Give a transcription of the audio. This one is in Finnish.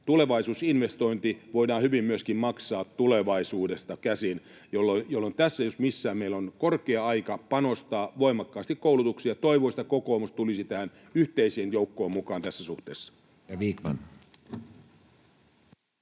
Tulevaisuusinvestointi voidaan hyvin myöskin maksaa tulevaisuudesta käsin, jolloin tässä jos missä meillä on korkea aika panostaa voimakkaasti koulutukseen. Ja toivoisin, että kokoomus tulisi tähän yhteiseen joukkoon mukaan tässä suhteessa.